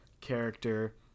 character